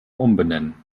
umbenennen